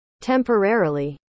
temporarily